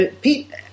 Pete